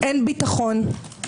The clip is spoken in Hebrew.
אין ביטחון.